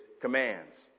commands